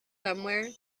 somewhere